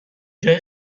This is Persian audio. جای